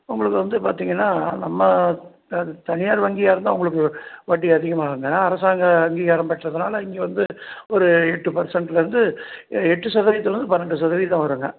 உங்களுக்கு வந்து பார்த்தீங்கன்னா நம்ம த தனியார் வங்கியாக இருந்தால் உங்களுக்கு வட்டி அதிகமாகுங்க அரசாங்க அங்கீகாரம் பெற்றதுனால் இங்கே வந்து ஒரு எட்டு பர்ஜென்ட்லிருந்து எட்டு சதவீததுலிருந்து பன்னெண்டு சதவீதம் வருங்க